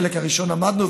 בחלק הראשון עמדנו,